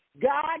God